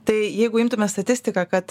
tai jeigu imtume statistiką kad